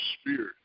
spirit